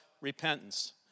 repentance